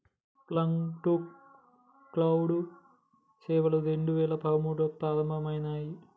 fog to cloud సేవలు రెండు వేల పదమూడులో ప్రారంభమయినాయి